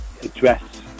address